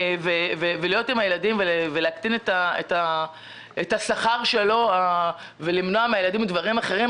להיות עם הילדים ולהקטין את השכר שלו או למנוע מהילדים דברים אחרים?